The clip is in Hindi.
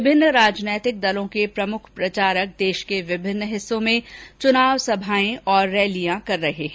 विभिन्न राजनीतिक दलों के प्रमुख प्रचारक देश के विभिन्न हिस्सों में चुनाव सभाएं और रैलियां कर रहे हैं